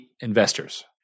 investors